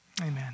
Amen